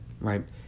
right